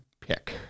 pick